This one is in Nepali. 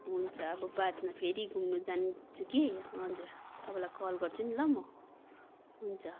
हुन्छ अब बादमा फेरि घुम्नु जान्छु कि हजुर तपाईँलाई कल गर्छु नि ल म हुन्छ